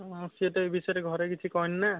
ଆଉ ସେ ତ ଏ ବିଷୟରେ ଘରେ କିଛି କହିନି ନା